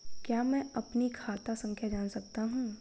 क्या मैं अपनी खाता संख्या जान सकता हूँ?